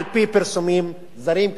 על-פי פרסומים זרים,